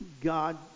God